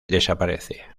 desaparece